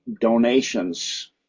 donations